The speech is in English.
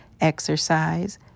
exercise